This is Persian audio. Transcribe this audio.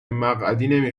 مقعدی